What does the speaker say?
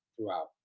throughout